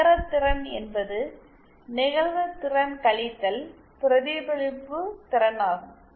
நிகர திறன் என்பது நிகழ்வு திறன் கழித்தல் பிரதிபலிப்பு திறனாகும்